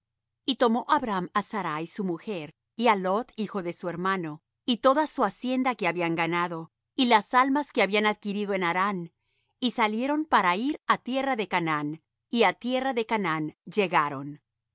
y tomó abram á sarai su mujer y á lot hijo de su hermano y toda su hacienda que habían ganado y las almas que habían adquirido en harán y salieron para ir á tierra de canaán y á tierra de canaán llegaron